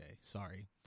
Sorry